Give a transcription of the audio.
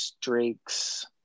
Drake's